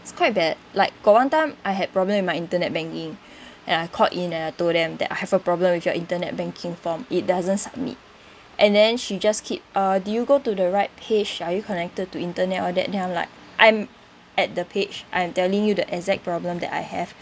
it's quite bad like got one time I had problem with my internet banking and I called in and I told them that I have a problem with your internet banking form it doesn't submit and then she just keep uh do you go to the right page are you connected to internet all that then I'm like I'm at the page I am telling you the exact problem that I have